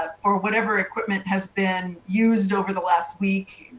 ah for whatever equipment has been used over the last week,